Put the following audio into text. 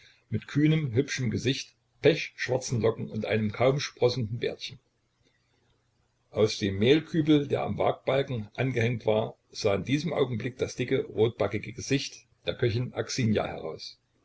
mit kühnem hübschem gesicht pechschwarzen locken und einem kaum sprossenden bärtchen aus dem mehlkübel der am wagbalken angehängt war sah in diesem augenblick das dicke rotbackige gesicht der köchin aksinja heraus